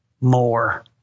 more